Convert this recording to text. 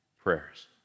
prayers